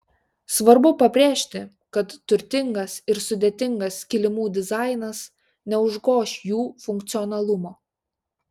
svarbu pabrėžti kad turtingas ir sudėtingas kilimų dizainas neužgoš jų funkcionalumo